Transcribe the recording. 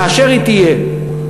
כאשר היא תהיה,